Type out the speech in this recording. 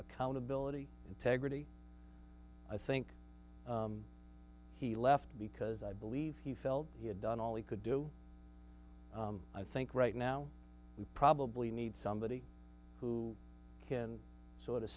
accountability integrity i think he left because i believe he felt he had done all he could do i think right now we probably need somebody who can sort of